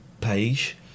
Page